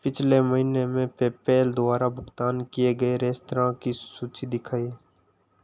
पिछले महीने में पेपैल द्वारा भुगतान किए गए रेस्तराँ की सूची दिखाइए